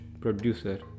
Producer